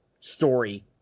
story